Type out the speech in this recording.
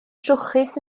trwchus